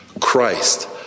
Christ